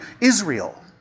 Israel